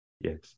yes